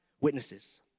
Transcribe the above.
witnesses